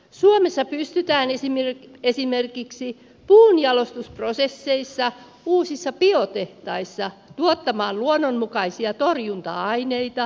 suomessa pystytään esimerkiksi puunjalostusprosesseissa uusissa biotehtaissa tuottamaan luonnonmukaisia torjunta aineita